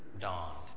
dawned